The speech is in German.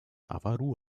avarua